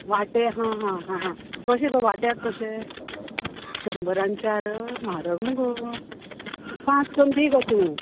वाटें हां हां हां कशें गो वोट्याक कशें शंबराक चार म्हारग मुगो पांच करून दी गो तूं